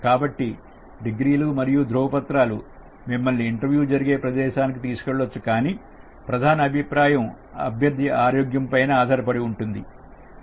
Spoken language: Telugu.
కాబట్టి డిగ్రీలు మరియు ధ్రువపత్రాలు మిమ్మల్ని ఇంటర్వ్యూ జరిగే ప్రదేశానికి తీసుకువెళ్ళవచ్చు కానీ ప్రధాన అభిప్రాయం అభ్యర్థి ఆరోగ్యం పైన ఆధారపడి ఉంటుంది